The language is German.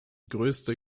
größte